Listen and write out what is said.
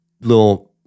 little